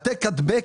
העתק-הדבק.